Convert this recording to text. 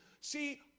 See